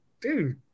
dude